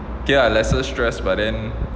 okay lah lesser stress but then